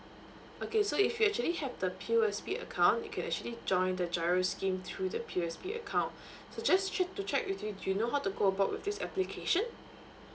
okay so if you actually have the P_O_S_B account you can actually join the giro scheme through the P_O_S_B account so just check to check with you do you know how to go about with this application